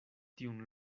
tiun